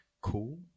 Cool